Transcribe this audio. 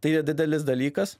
tai yra didelis dalykas